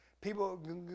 people